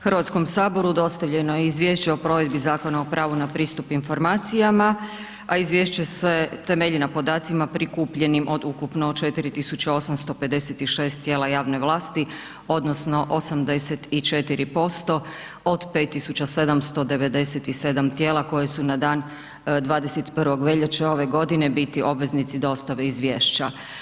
HS dostavljeno je izvješće o provedbi Zakona o pravu na pristup informacijama, a izvješće se temelji na podacima prikupljenim od ukupno 4856 tijela javne vlasti odnosno 84% od 5797 tijela koje su na dan 21. veljače ove godine biti obveznici dostave izvješća.